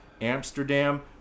Amsterdam